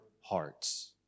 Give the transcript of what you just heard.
hearts